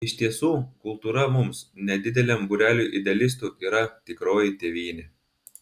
iš tiesų kultūra mums nedideliam būreliui idealistų yra tikroji tėvynė